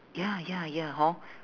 ya ya ya hor